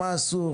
מה אסור